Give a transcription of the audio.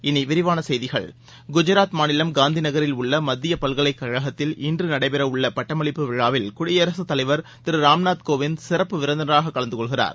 இனி விரிவான செய்திகள் குஜராத் மாநிலம் காந்திநகரில் உள்ள மத்திய பல்கலைக்கழகத்தில் இன்று நடைபெற உள்ள பட்டமளிப்பு விழாவில் குடியரசுத் தலைவர் திரு ராம்நாத் கோவிந்த் சிறப்பு விருந்தினராகக் கலந்து கொள்கிறார்